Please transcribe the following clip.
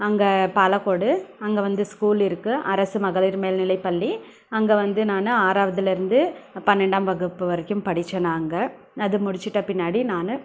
அங்கே பாலக்கோடு அங்கே வந்து ஸ்கூல் இருக்கு அரசு மகளிர் மேல்நிலைப் பள்ளி அங்கே வந்து நான் ஆறாவதுலருந்து பன்னெண்டாம் வகுப்பு வரைக்கும் படிச்சேன் நான் அங்கே அது முடிச்சிவிட்ட பின்னாடி நான்